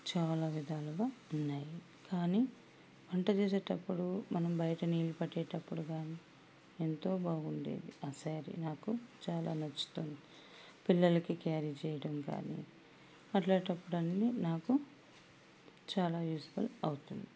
చాలా విధాలుగా ఉన్నాయి కానీ వంట చేసేటప్పుడు మనం బయట నీళ్ళు పట్టేటప్పుడు కానీ ఎంతో బాగుండేది శారీ నాకు చాలా నచ్చుతుంది పిల్లలకి క్యారీ చేయటం కానీ అట్టాటప్పుడన్నీ నాకు చాలా యూజ్ఫుల్ అవుతుంది